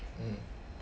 mm